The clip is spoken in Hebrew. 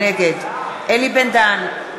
נגד אלי בן-דהן,